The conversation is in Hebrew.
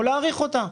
או להאריך אותה,